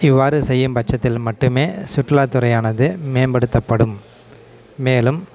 இவ்வாறு செய்யும் பட்சத்தில் மட்டும் சுற்றுலா துறையானது மேம்படுத்தப்படும் மேலும்